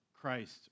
Christ